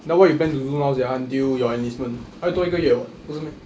then what you plan to do now sia until your enlistment 还有多一个月 [what] 不是 meh